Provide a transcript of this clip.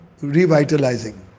revitalizing